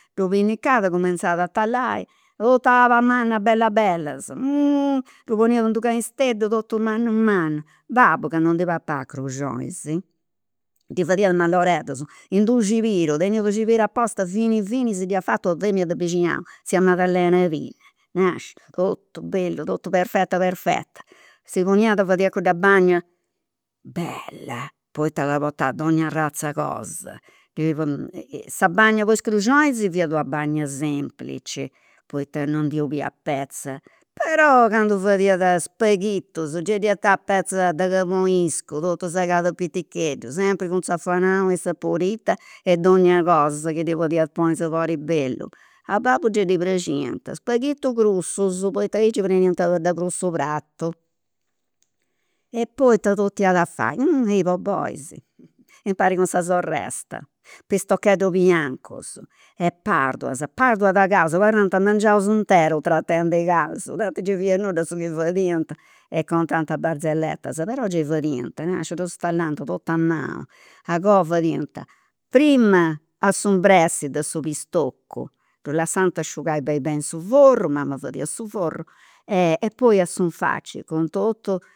Ddu pinnicat, cumenzat a tallai totus abas mannas bellas bellas, ddas poniat in d'unu canisteddu totu mannu mannu, babbu, ca non ndi papat cruxonis, ddi fadiat malloreddus, in dd'u' cibiru, teniat u' cibiru aposta fini fini si dd'iat fatu una femina de bixinau, tzia Maddalena Pinna, nasciu totu bellu totu perfetta perfetta. Si poniat fadiat cudda bagna, bella poita portat donnia arrazz'e cosa, si sa bagna po is cruxonis fiat una bagna semplici, poita non ndi 'oliat petza però candu fadiat spaghittus gei ddi ghettat petza de caboniscu totu segat a piticheddu sempri cun zafanau e saporita e donnia cosa chi ddi podiat poniri sabori bellu. A babbu gei ddi praxiant, spaghittus grussus poita aicci preniant de prus su pratu. E poi ita totu iat fai, i bobois, impari cun sa sorresta, pistocheddus biancus e pardulas, pardulas de casu, abarrant mengianus interus tratendi casu, tanti gei fiat nudda su chi fadiant e contant barzelletas, però gei fadiant, nasciu ddus tallant totu a manu, a goa fadiant prima a s'imbressi de su pistoccu, ddu lassant asciugai beni beni in su forru, mama fadiat su forru e poi su 'n faci cun totu